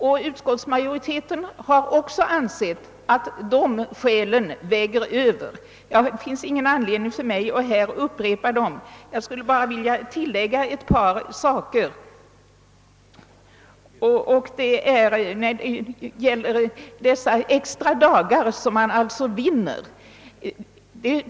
Även utskottsmajoriteten har ansett att de skäl som redovisats härvidlag väger tyngre än de skäl som talar för den motsatta ståndpunkten. Det finns ingen anledning för mig att här upprepa skälen. Jag skulle bara vilja tillägga ett par saker när det gäller de extra dagar som man alltså vinner.